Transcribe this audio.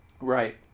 right